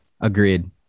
Agreed